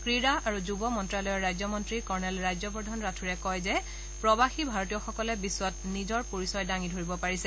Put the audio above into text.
ক্ৰীড়া আৰু যুৱ মন্ত্যালয়ৰ ৰাজ্যমন্ত্ৰী কৰ্ণেল ৰাজ্যবৰ্ধন ৰাথোড়ে কয় যে প্ৰৱাসী ভাৰতীয়সকলে বিখ্বত নিজৰ পৰিচয় দাঙি ধৰিব পাৰিছে